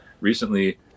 recently